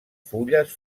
fulles